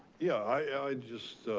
yeah, i just,